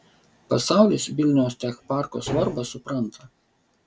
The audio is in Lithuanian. pasaulis vilniaus tech parko svarbą supranta